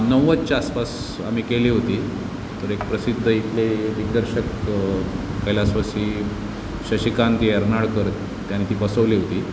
नव्वदच्या आसपास आम्ही केली होती तर एक प्रसिद्ध इथले दिग्दर्शक कैलासवासी शशिकांत यर्नाळकर त्यांनी ती बसवली होती